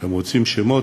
אתם רוצים שמות?